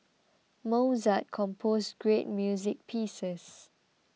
Mozart composed great music pieces